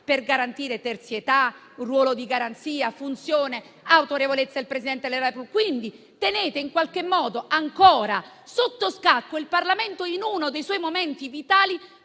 per garantire terzietà, ruolo di garanzia, funzione, autorevolezza del Presidente della Repubblica, quindi tenete in qualche modo ancora sotto scacco il Parlamento in uno dei suoi momenti vitali